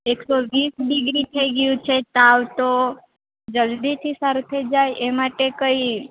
એકસો વીસ ડિગ્રી થઈ ગયું છે તાવ તો જલ્દી થી સારુ થઈ જાય એ માટે કઈ